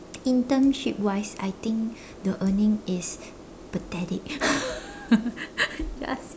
internship wise I think the earning is pathetic ya sia